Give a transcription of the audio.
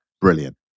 brilliant